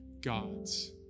God's